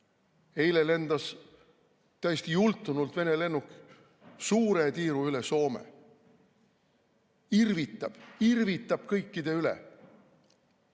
Eile lendas täiesti jultunult Vene lennuk suure tiiru üle Soome. Irvitab. Irvitab kõikide üle!